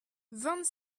vingt